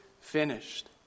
finished